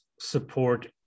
support